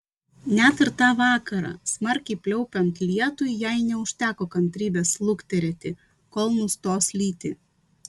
net ir tą vakarą smarkiai pliaupiant lietui jai neužteko kantrybės lukterėti kol nustos lyti